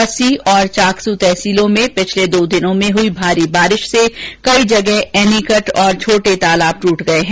बस्सी और चाकसू तहसीलों में पिछले दो दिन में हुई भारी बारिष से कई जगह एनीकट और छोटे तालाब टूट गये हैं